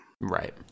Right